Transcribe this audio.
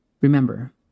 Remember